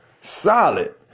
solid